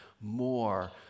more